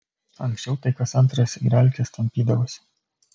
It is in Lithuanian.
anksčiau tai kas antras igralkes tampydavosi